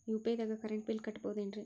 UPI ದಾಗ current bill ಕಟ್ಟಬಹುದೇನ್ರಿ?